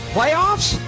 playoffs